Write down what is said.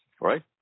right